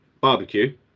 Barbecue